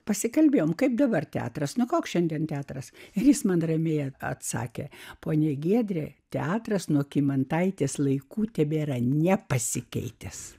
pasikalbėjome kaip dabar teatras nu koks šiandien teatras jis man ramiai atsakė ponia giedrė teatras nuo kymantaitės laikų tebėra nepasikeitęs